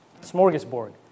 Smorgasbord